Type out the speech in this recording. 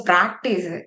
Practice